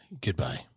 Goodbye